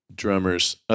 drummers